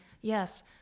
Yes